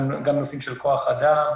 גם בנושאים של כוח אדם,